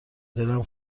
دلم